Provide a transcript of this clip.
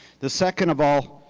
the second of all,